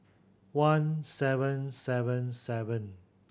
one seven seven seven